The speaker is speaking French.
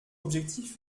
objectif